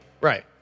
right